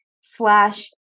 Slash